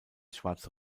schwarze